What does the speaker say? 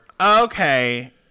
Okay